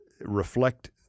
reflect